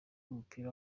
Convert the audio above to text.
w’umupira